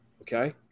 Okay